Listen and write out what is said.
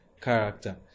character